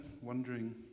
wondering